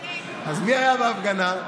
אז מי היה בהפגנה?